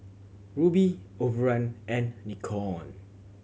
Rubi Overrun and Nikon